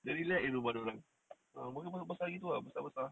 dia relax jer rumah dia orang ah besar-besar gitu ah besar-besar